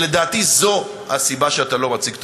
שלדעתי זו הסיבה שאתה לא מציג תוכנית?